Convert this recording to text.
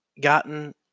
gotten